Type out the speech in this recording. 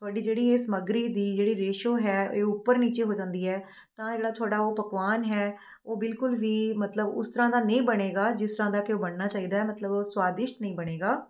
ਤੁਹਾਡੀ ਜਿਹੜੀ ਇਹ ਸਮੱਗਰੀ ਦੀ ਜਿਹੜੀ ਰੇਸ਼ੋ ਹੈ ਇਹ ਉੱਪਰ ਨੀਚੇ ਹੋ ਜਾਂਦੀ ਹੈ ਤਾਂ ਜਿਹੜਾ ਤੁਹਾਡਾ ਉਹ ਪਕਵਾਨ ਹੈ ਉਹ ਬਿਲਕੁਲ ਵੀ ਮਤਲਬ ਉਸ ਤਰ੍ਹਾਂ ਦਾ ਨਹੀਂ ਬਣੇਗਾ ਜਿਸ ਤਰ੍ਹਾਂ ਦਾ ਕਿ ਉਹ ਬਣਨਾ ਚਾਹੀਦਾ ਹੈ ਮਤਲਬ ਉਹ ਸੁਆਦਿਸ਼ਟ ਨਹੀਂ ਬਣੇਗਾ